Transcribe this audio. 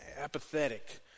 apathetic